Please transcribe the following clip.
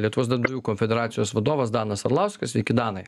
lietuvos darbdavių konfederacijos vadovas danas arlauskas sveiki danai